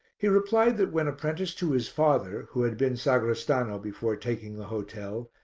he replied that when apprenticed to his father, who had been sagrestano before taking the hotel,